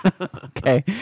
Okay